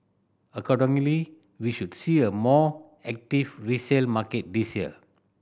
accordingly we should see a more active resale market this year